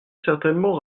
certainement